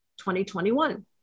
2021